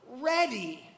ready